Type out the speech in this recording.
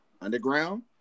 underground